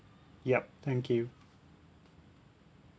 yup thank you